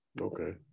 Okay